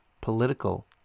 political